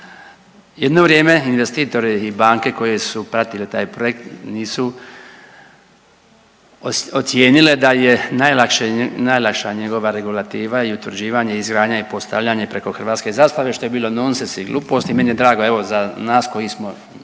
Jedno vrijeme investitor i banke koje su pratile taj projekt nisu ocijenile da je najlakše, najlakša njegova regulativa i utvrđivanje i izgradnja i postavljanje preko hrvatske zastave što je bilo nonsens i glupost i meni je drago evo za nas koji smo